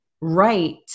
right